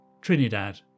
Trinidad